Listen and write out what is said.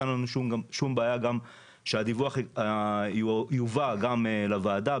אין לנו שום בעיה שהדיווח יובא לוועדה,